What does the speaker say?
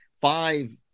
five